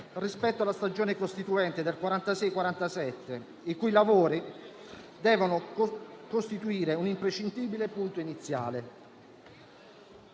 rispetto alla stagione costituente del 1946-1947, i cui lavori devono costituire un imprescindibile punto iniziale.